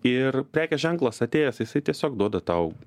ir prekės ženklas atėjęs jisai tiesiog duoda tau